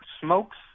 smokes